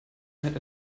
zeit